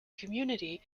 community